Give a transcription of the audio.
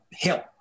help